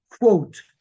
quote